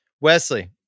Wesley